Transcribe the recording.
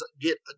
get